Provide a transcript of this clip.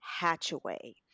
Hatchaway